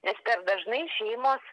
nes per dažnai šeimos